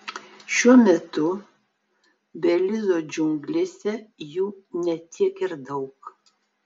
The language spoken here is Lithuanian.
šiuo metu belizo džiunglėse jų ne tiek ir daug